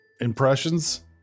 Impressions